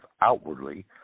outwardly